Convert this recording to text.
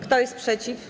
Kto jest przeciw?